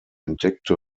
entdeckte